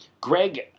Greg